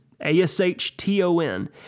A-S-H-T-O-N